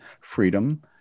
freedom